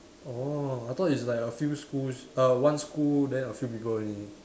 oh I thought it's like a few schools err one school then a few people already